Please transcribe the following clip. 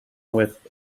with